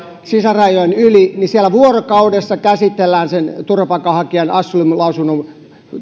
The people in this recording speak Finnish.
sisärajojen yli siellä vuorokaudessa käsitellään sen turvapaikanhakijan asylum lausunnon